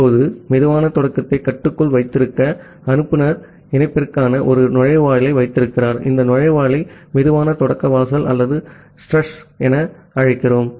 இப்போது சுலோ ஸ்டார்ட்டை கட்டுக்குள் வைத்திருக்க அனுப்புநர் இணைப்பிற்கான ஒரு நுழைவாயிலை வைத்திருக்கிறார் இந்த நுழைவாயிலை சுலோ ஸ்டார்ட் வாசல் அல்லது ஸ்ட்ரெஷ் என அழைக்கிறோம்